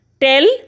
Tell